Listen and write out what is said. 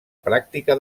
pràctica